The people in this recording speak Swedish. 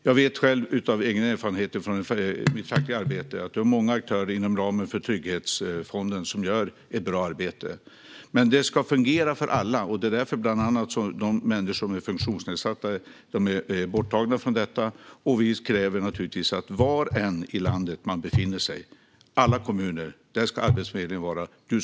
Jag vet själv av egen erfarenhet från mitt fackliga arbete att många aktörer gör ett bra arbete inom ramen för Trygghetsfonden. Men det ska fungera för alla, och det är bland annat därför som människor som är funktionsnedsatta är borttagna från detta. Och vi kräver naturligtvis att var man än befinner sig i landet ska Arbetsförmedlingen finnas där, i alla kommuner.